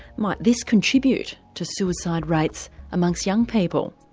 might this contribute to suicide rates amongst young people?